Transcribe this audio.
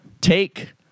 take